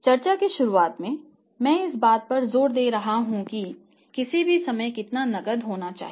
चर्चा की शुरुआत से मैं इस बात पर जोर दे रहा हूं कि किसी भी समय कितना नकद होना चाहिए